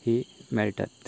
ही मेळटा